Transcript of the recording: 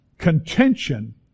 contention